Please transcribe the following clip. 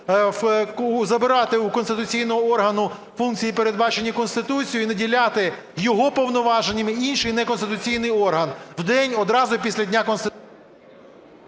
забирати у конституційного органу функції, передбачені Конституцією, і наділяти його повноваженнями інший неконституційний орган в день одразу після дня… ГОЛОВУЮЧИЙ.